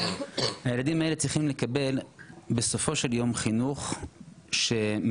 הילדים האלה צריכים לקבל בסופו של יום חינוך שמיועד